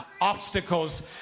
obstacles